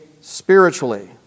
spiritually